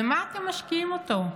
במה אתם משקיעים אותו?